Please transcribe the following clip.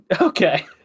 Okay